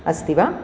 अस्ति वा